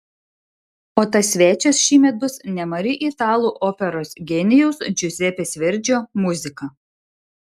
o tas svečias šįmet bus nemari italų operos genijaus džiuzepės verdžio muzika